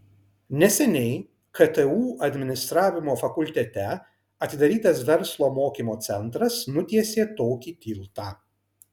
neseniai ktu administravimo fakultete atidarytas verslo mokymo centras nutiesė tokį tiltą